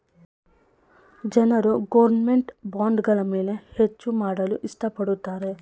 ಜನರು ಗೌರ್ನಮೆಂಟ್ ಬಾಂಡ್ಗಳ ಮೇಲೆ ಹೆಚ್ಚು ಮಾಡಲು ಇಷ್ಟ ಪಡುತ್ತಾರೆ